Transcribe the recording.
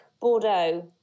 Bordeaux